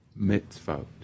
mitzvot